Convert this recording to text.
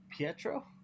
Pietro